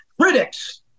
critics